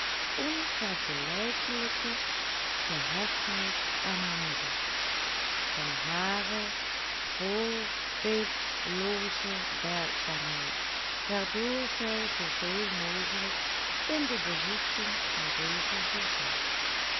onvergelijkelijke gehechtheid aan haar moeder van hare voorbeeldelooze werkzaamheid waardoor zij zooveel mogelijk in de behoeften van deze voorzag